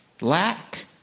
lack